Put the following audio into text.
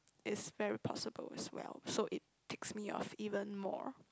is very possible as well so it ticks me off even more